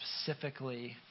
specifically